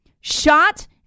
shot